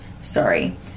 Sorry